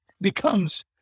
becomes